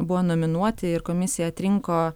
buvo nominuoti ir komisija atrinko